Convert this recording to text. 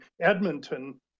Edmonton